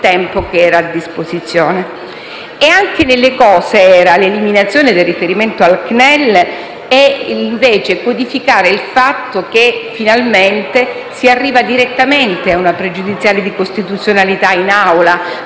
era nelle cose l'eliminazione del riferimento al CNEL così come codificare il fatto che finalmente si arriva direttamente alla pregiudiziale di costituzionalità in